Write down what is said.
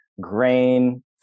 grain